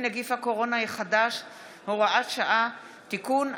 נגיף הקורונה החדש (הוראת שעה) (תיקון),